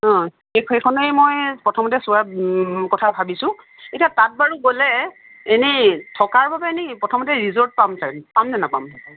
সেই সেইখনে মই প্ৰথমে চোৱাত কথা ভাৱিছোঁ এতিয়া তাত বাৰু গ'লে এনেই থকাৰ বাবে এনেই প্ৰথমতে ৰিজৰ্ট পাম পাম নে নাপাম